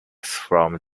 from